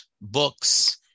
books